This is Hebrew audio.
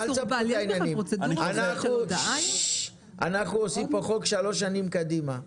אנחנו עושים פה שלוש שנים קדימה,